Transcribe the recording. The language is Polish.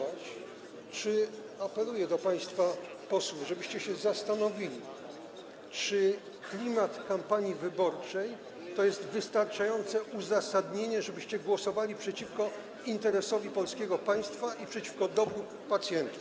Apeluję do państwa posłów, żebyście się zastanowili, czy klimat kampanii wyborczej to jest wystarczające uzasadnienie tego, żebyście głosowali przeciwko interesowi polskiego państwa i przeciwko dobru pacjentów.